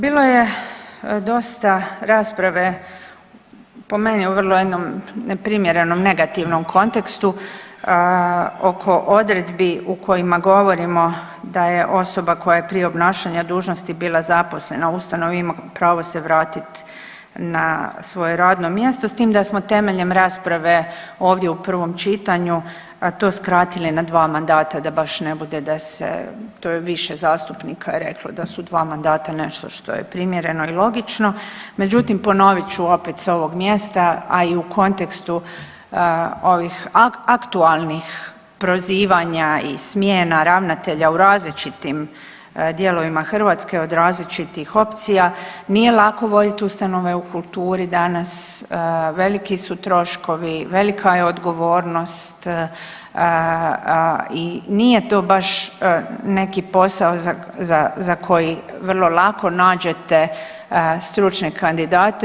Bilo je dosta rasprave po meni u vrlo jednom neprimjerenom negativnom kontekstu oko odredbi u kojima govorimo da je osoba koja je prije obnašanja dužnosti bila zaposlena u ustanovi ima pravo se vratit na svoje radno mjesto s tim da smo temeljem rasprave ovdje u prvom čitanju to skratili na dva mandata da baš ne bude da se, to je više zastupnika reklo da su dva mandata nešto što je primjereno i logično, međutim ponovit ću opet s ovog mjesta, a i u kontekstu ovih aktualnih prozivanja i smjena ravnatelja u različitim dijelovima Hrvatske od različitih opcija, nije lako vodit ustanove u kulturi danas, veliki su troškovi, velika je odgovornost i nije to baš neki posao za, za koji vrlo lako nađete stručne kandidate.